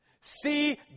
See